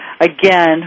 again